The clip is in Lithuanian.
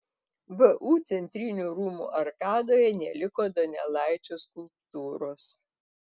vu centrinių rūmų arkadoje neliko donelaičio skulptūros